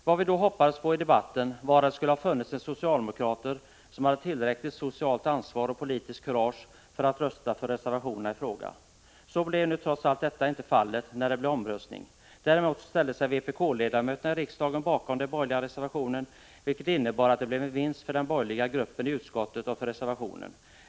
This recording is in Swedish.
Vad vi då hoppades på var att det skulle finnas socialdemokrater som hade tillräckligt socialt ansvar och politiskt kurage för att rösta för reservationen i fråga. Så blev nu trots allt inte fallet, när det blev omröstning. Däremot ställde sig vpk-ledamöterna i riksdagen bakom den borgerliga reservationen, vilket innebar att det blev en vinst för den borgerliga gruppen i utskottet och för reservationen.